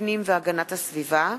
הפנים והגנת הסביבה.